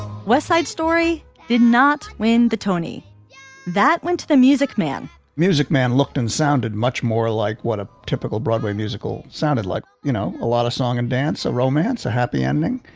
west side story did not win the tony that went to the music man music man looked and sounded much more like what a typical broadway musical sounded like. you know a lot of song and dance a romance a happy ending.